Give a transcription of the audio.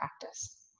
practice